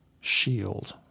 Shield